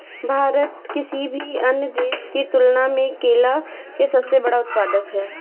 भारत किसी भी अन्य देश की तुलना में केला के सबसे बड़ा उत्पादक ह